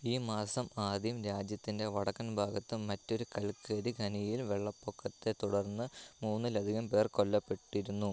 ഈ മാസം ആദ്യം രാജ്യത്തിൻ്റെ വടക്കൻ ഭാഗത്തെ മറ്റൊരു കൽക്കരി ഖനിയിൽ വെള്ളപ്പൊക്കത്തെ തുടർന്ന് മൂന്നിലധികം പേർ കൊല്ലപ്പെട്ടിരുന്നു